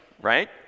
right